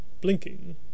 blinking